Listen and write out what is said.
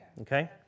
Okay